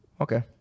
Okay